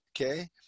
Okay